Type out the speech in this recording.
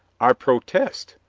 i protest!